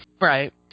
Right